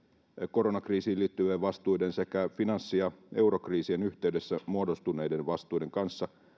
koronakriisiin liittyvien vastuiden sekä finanssi ja eurokriisien yhteydessä muodostuneiden vastuiden kanssa